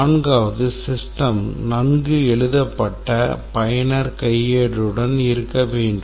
நான்காவது system நன்கு எழுதப்பட்ட பயனர் கையேடுடன் இருக்க வேண்டும்